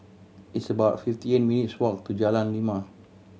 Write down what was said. it's about fifty eight minutes' walk to Jalan Lima